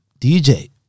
dj